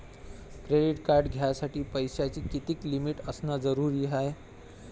Credit card घ्यासाठी पैशाची कितीक लिमिट असनं जरुरीच हाय?